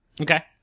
Okay